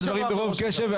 אני שומע את הדברים ברוב קשב.